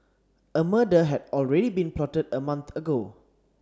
a murder had already been plotted a month ago